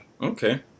Okay